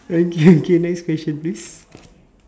okay okay next question please